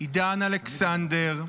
עידן אלכסנדר,